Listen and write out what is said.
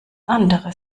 andere